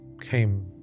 came